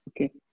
Okay